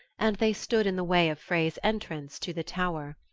and they stood in the way of frey's entrance to the tower.